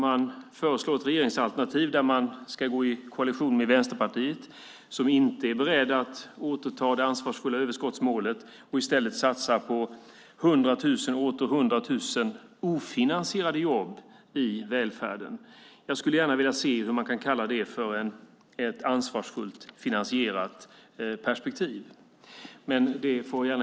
Man föreslår ett regeringsalternativ där man ska gå i koalition med Vänsterpartiet som inte är berett att återta det ansvarsfulla överskottsmålet utan i stället satsa på hundratusentals ofinansierade jobb i välfärden. Jag skulle vilja höra hur man kan kalla det för ett ansvarsfullt finansierat perspektiv.